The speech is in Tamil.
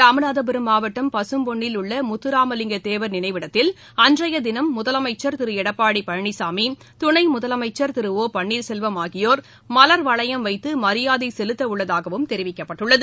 ராமநாதபுரம் மாவட்டம் பசும்பொன்னில் உள்ள முத்தராமலிங்கத் தேவர் நினைவிடத்தில் அன்றைய தினம் முதலமுச்சர் திரு எடப்பாடி பழனிசாமி துணை முதலமுச்சர் திரு ஒ பன்னீர்செல்வம் ஆகியோர் மலர் வளையம் வைத்து மரியாதை செலுத்தவுள்ளதாகவும் தெரிவிக்கப்பட்டு உள்ளது